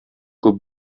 күп